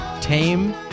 tame